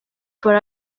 for